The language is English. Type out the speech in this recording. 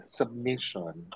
submission